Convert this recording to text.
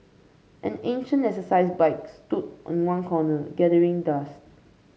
an ancient exercise bike stood in one corner gathering dust